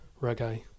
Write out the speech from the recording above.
reggae